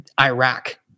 Iraq